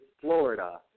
Florida